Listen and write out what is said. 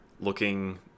looking